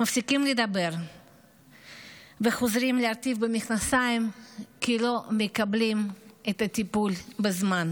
מפסיקים לדבר וחוזרים להרטיב במכנסיים כי הם לא מקבלים את הטיפול בזמן,